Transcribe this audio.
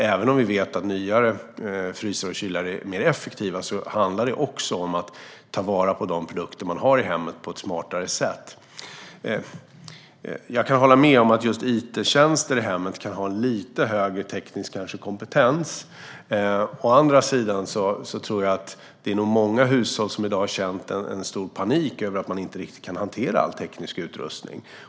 Även om vi vet att nyare frysar och kylar är mer effektiva handlar det också om att ta vara på de produkter man har i hemmet på ett smartare sätt. Jag kan hålla med om att just it-tjänster i hemmet kanske kräver lite högre teknisk kompetens. Å andra sidan tror jag att det är många hushåll som i dag har känt en stor panik över att man inte riktigt kan hantera all teknisk utrustning.